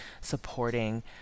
supporting